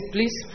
Please